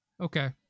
Okay